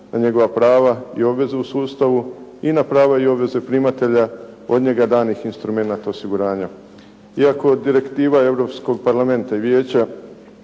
njegova prava i obvezu u sustavu i na pravo i obveze primatelja od njega danih instrumenata osiguranja. Iako direktiva Europskog parlamenta i Vijeća